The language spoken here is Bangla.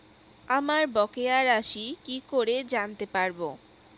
আমার বকেয়া রাশি কি করে জানতে পারবো?